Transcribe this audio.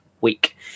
week